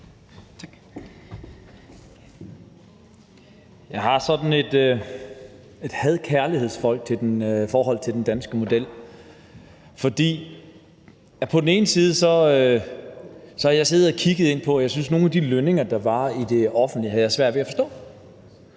Jeg har sådan et had-kærlighedsforhold til den danske model. På den ene side har jeg siddet og kigget lidt på nogle af de lønninger, der er i det offentlige, og dem har jeg svært ved at forstå.